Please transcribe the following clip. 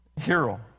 Hero